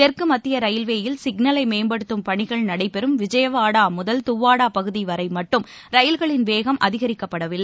தெற்குமத்தியரயில்வேயில் சிக்னலைமேம்படுத்தம் பணிகள் நடைபெறம் விஜயவாடாமுதல் துவ்வாடாபகுதிவரைமட்டும் ரயில்களின் வேகம் அதிகரிக்கப்படவில்லை